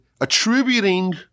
attributing